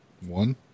One